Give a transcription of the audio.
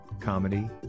comedy